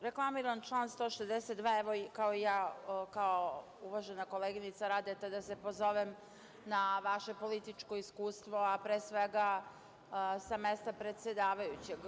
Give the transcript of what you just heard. Reklamiram član 162. i ja kao uvažena koleginica Radeta da se pozovem na vaše političko iskustvo, a pre svega sa mesta predsedavajućeg.